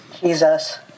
Jesus